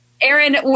Aaron